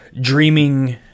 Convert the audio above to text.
dreaming